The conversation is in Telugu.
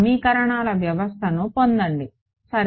సమీకరణాల వ్యవస్థను పొందండి సరే